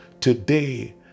today